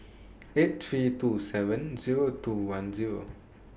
eight three two seven Zero two one Zero